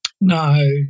no